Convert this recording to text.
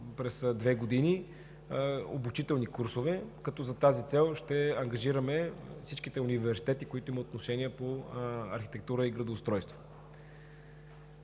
през две години, като за тази цел ще ангажираме всичките университети, които имат отношение по архитектура и градоустройство.